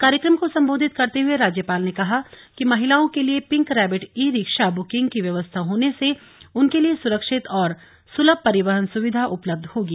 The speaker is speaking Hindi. कार्यक्रम को सम्बोधित करते हुए राज्यपाल ने कहा कि महिलाओं के लिये pink rabbit e rickshaw booking की व्यवस्था होने से उनके लिये सुरक्षित और सुलभ परिवहन सुविधा उपलब्ध होगी